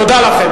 תודה לכם.